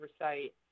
oversight